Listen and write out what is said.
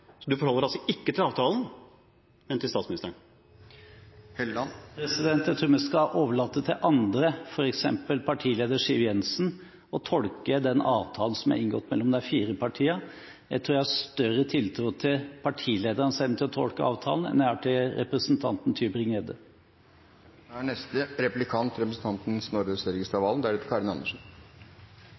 Så du forholder deg altså ikke til avtalen, men til statsministeren. Jeg tror vi skal overlate til andre, f.eks. partileder Siv Jensen, å tolke den avtalen som er inngått mellom de fire partiene. Jeg tror jeg har større tiltro til partilederens evne til å tolke avtalen enn jeg har til representanten